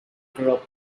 girl